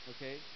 Okay